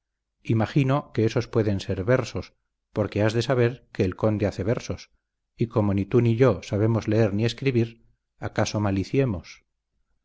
imagino que ésos pueden ser versos porque has de saber que el conde hace versos y como ni tú ni yo sabemos leer ni escribir acaso